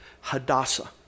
Hadassah